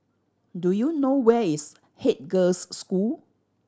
do you know where is Haig Girls' School